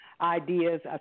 ideas